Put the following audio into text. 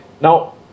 Now